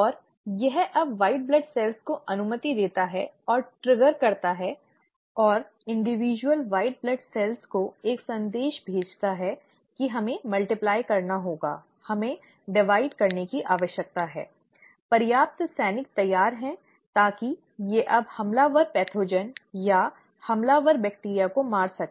और यह अब सफेद रक्त कोशिकाओं को अनुमति देता है और ट्रिगर करता है और विशिष्ट सफेद रक्त कोशिकाएं को एक संदेश भेजता है कि हमें गुणा करना होगा हमें विभाजित करने की आवश्यकता है पर्याप्त सैनिक तैयार हैं ताकि ये अब हमलावर रोगज़नक़ या हमलावर बैक्टीरिया को मार सकें